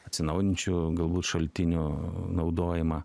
atsinaujinančių galbūt šaltinių naudojimą